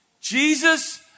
Jesus